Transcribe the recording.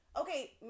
Okay